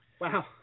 Wow